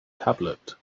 tablet